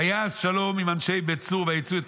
"ויעש שלום עם אנשי בית צור ויצאו את